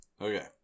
Okay